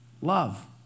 love